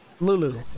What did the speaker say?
Lulu